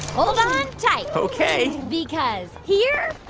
on tight. ok. because here